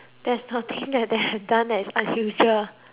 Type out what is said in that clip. done that is unusual